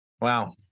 Wow